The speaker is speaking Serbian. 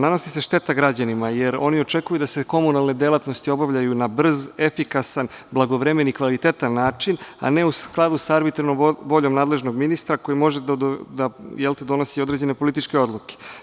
Nanosi se šteta građanima, jer oni očekuju da se komunalne delatnosti obavljaju na brz, efikasan, blagovremen i kvalitetan način, a ne u skladu sa arbitrarnom voljom nadležnog ministra koji može da donosi određene političke odluke.